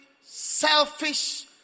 selfish